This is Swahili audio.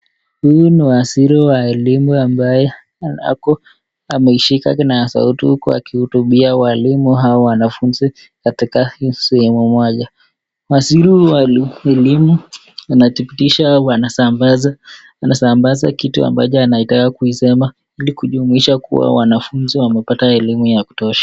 Huyu ni waziri wa elimu ambaye ako ameshika na sauti huku akihutubia walimu au wanafunzi katika sehemu moja. Waziri wa elimu anathibitisha anasambaza anasambaza kitu ambacho anaitaka kuusema ili kujumuisha kuwa wanafunzi wamepata elimu ya kutosha.